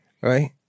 right